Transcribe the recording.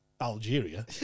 Algeria